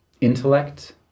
intellect